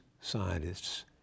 scientists